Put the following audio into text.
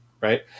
right